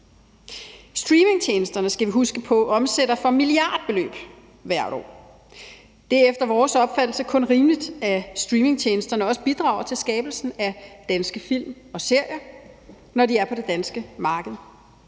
Streamingtjenesterne, skal vi huske, omsætter for milliardbeløb hvert år. Det er efter vores opfattelse kun rimeligt, at streamingtjenesterne også bidrager til skabelsen af danske film og serier, når de er på det danske marked.